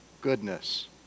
goodness